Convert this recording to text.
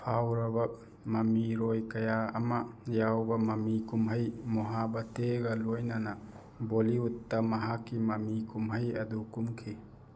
ꯐꯥꯎꯔꯕ ꯃꯃꯤꯔꯣꯏ ꯀꯌꯥ ꯑꯃ ꯌꯥꯎꯕ ꯃꯃꯤ ꯀꯨꯝꯍꯩ ꯃꯨꯍꯥꯕꯇꯦꯒ ꯂꯣꯏꯅꯅ ꯕꯣꯂꯤꯋꯨꯠꯇ ꯃꯍꯥꯛꯀꯤ ꯃꯃꯤ ꯀꯨꯝꯍꯩ ꯑꯗꯨ ꯀꯨꯝꯈꯤ